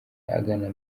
agana